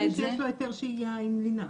למי שיש היתר שהייה עם לינה.